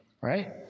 right